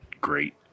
great